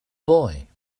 boy